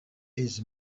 his